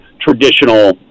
traditional